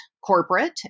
corporate